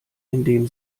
indem